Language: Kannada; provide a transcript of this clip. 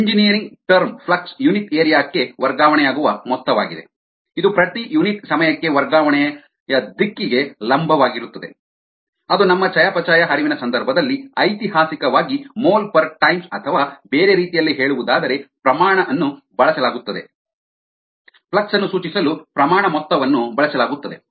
engineering term flux unit area ಕ್ಕೆ ವರ್ಗಾವಣೆಯಾಗುವ ಮೊತ್ತವಾಗಿದೆ ಇದು ಪ್ರತಿ ಯುನಿಟ್ ಸಮಯಕ್ಕೆ ವರ್ಗಾವಣೆಯ ದಿಕ್ಕಿಗೆ ಲಂಬವಾಗಿರುತ್ತದೆ ಅದು ನಮ್ಮ ಚಯಾಪಚಯ ಹರಿವಿನ ಸಂದರ್ಭದಲ್ಲಿ ಐತಿಹಾಸಿಕವಾಗಿ ಮೋಲ್ ಪರ್ ಟೈಮ್ಸ್ ಅಥವಾ ಬೇರೆ ರೀತಿಯಲ್ಲಿ ಹೇಳುವುದಾದರೆ ಪ್ರಮಾಣ ಅನ್ನು ಬಳಸಲಾಗುತ್ತದೆ ಫ್ಲಕ್ಸ್ ಅನ್ನು ಸೂಚಿಸಲು ಪ್ರಮಾಣ ಮೊತ್ತವನ್ನು ಬಳಸಲಾಗುತ್ತದೆ